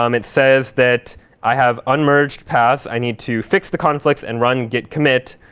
um it says that i have unmerged paths. i need to fix the conflicts and run git commit.